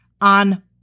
on